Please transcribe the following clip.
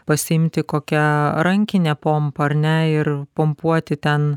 pasiimti kokią rankinę pompą ar ne ir pumpuoti ten